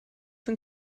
den